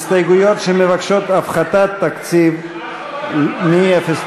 הסתייגויות שמבקשות הפחתת תקציב מ-09,